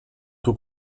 tout